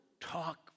talk